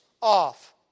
off